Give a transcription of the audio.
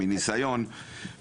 מניסיון,